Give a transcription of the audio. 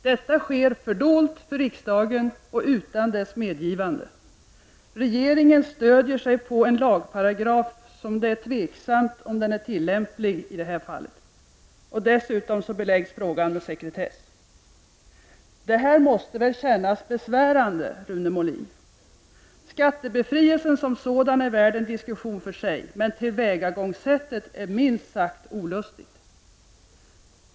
Detta sker fördolt för riksdagen och utan dess medgivande. Regeringen stöder sig på en lagparagraf, och det är tveksamt om den är tillämplig i det här fallet. Dessutom beläggs frågan med sekretess. Det här måste väl kännas besvärande, Rune Molin. Skattebefrielsen som sådan är värd en diskussion för sig, men tillvägagångssättet är minst sagt olustigt.